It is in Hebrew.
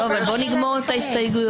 בואו נגמור את ההסתייגויות.